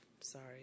Sorry